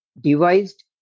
devised